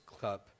cup